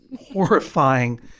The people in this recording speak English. Horrifying